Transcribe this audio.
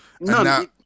No